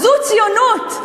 זאת ציונות.